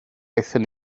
aethon